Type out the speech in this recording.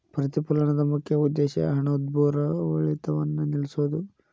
ಪ್ರತಿಫಲನದ ಮುಖ್ಯ ಉದ್ದೇಶ ಹಣದುಬ್ಬರವಿಳಿತವನ್ನ ನಿಲ್ಸೋದು